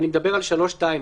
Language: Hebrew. אני מדבר על סעיף 3(2),